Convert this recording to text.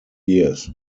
years